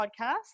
podcast